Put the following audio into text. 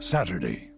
Saturday